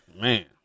Man